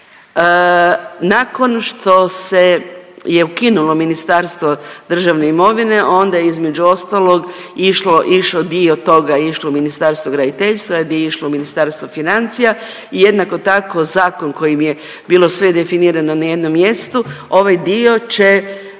Nakon što se je ukinulo Ministarstvo državne imovine onda je između ostalog išlo, išo dio toga išlo u Ministarstvo graditeljstva, dio išlo u Ministarstvo financija i jednako tako zakon kojim je bilo sve definirano na jednom mjestu, ovaj dio će